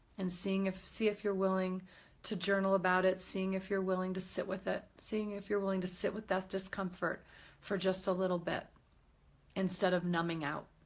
and seeing if, see if you're willing to journal about it. seeing if you're willing to sit with it, seeing if you're willing to sit with that discomfort for just a little bit instead of numbing out.